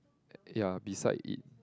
ya beside it